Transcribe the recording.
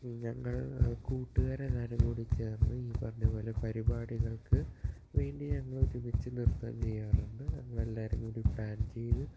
ഞങ്ങൾ കൂട്ടുകാരെല്ലാവരും കൂടി ചേർന്ന് ഈ പറഞ്ഞതു പോലെ പരിപാടികൾക്കു വേണ്ടി ഞങ്ങൾ ഒരുമിച്ച് നൃത്തം ചെയ്യാറുണ്ട് നമ്മൾ എല്ലാവരും കൂടി പ്ലാൻ ചെയ്ത്